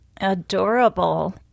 adorable